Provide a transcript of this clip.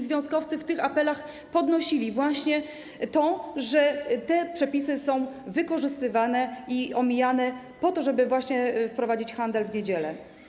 Związkowcy w tych apelach podnosili właśnie to, że te przepisy są wykorzystywane i omijane po to, żeby wprowadzić handel w niedzielę.